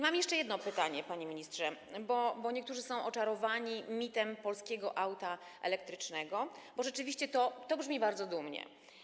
Mam jeszcze jedno pytanie, panie ministrze, bo niektórzy są oczarowani mitem polskiego auta elektrycznego, bo rzeczywiście to brzmi bardzo dumnie.